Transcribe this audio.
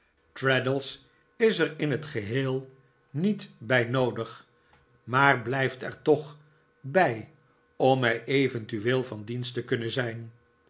traddles is er in het gedavid copperfie l d heel niet bij noodig maar blijft er toch bij om mij eventueel van dienst te kunnen zijn